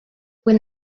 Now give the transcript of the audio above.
when